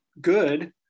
good